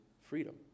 freedom